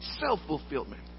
self-fulfillment